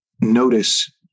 notice